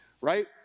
right